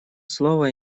слово